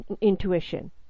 intuition